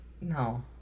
no